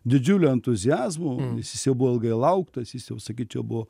didžiuliu entuziazmu nes jis jau buvo ilgai lauktas jis jau sakyčiau buvo